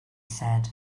said